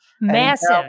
Massive